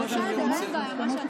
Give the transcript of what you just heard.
עד 07:00 אנחנו מסיימים את זה.